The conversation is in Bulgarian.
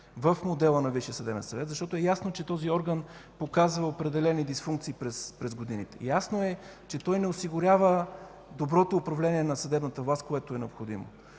съдебен съвет, защото е ясно, че този орган показва определени дисфункции през годините. Ясно е, че той не осигурява доброто управление на съдебната власт, което е необходимо.